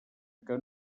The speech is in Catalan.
que